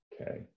Okay